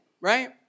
right